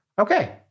Okay